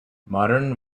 modern